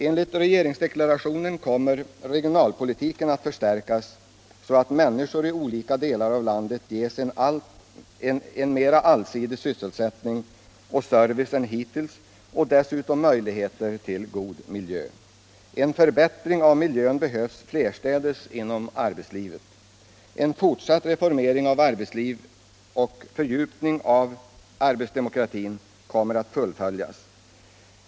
Enligt regeringsdeklarationen kommer regionalpolitiken att förstärkas, så att människor i olika delar av landet ges en mera allsidig sysselsättning och service än hittills och dessutom möjligheter till en god miljö. En förbättring av miljön behövs flerstädes inom arbetslivet. En fortsatt reformering av arbetslivet och fördjupning av arbetsdemokratin kommer att fullföljas.